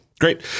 Great